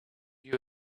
you